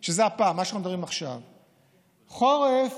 זה הפעם, מה שאנחנו מדברים עליו עכשיו, בחורף